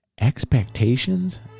expectations